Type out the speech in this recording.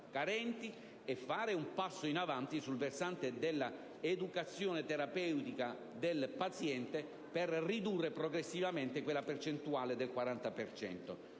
compiere un passo in avanti sul versante dell'educazione terapeutica del paziente, per ridurre progressivamente quella percentuale del 40